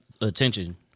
attention